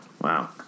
Wow